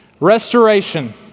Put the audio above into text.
Restoration